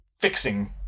fixing